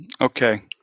Okay